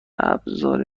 ابزار